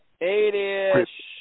Eight-ish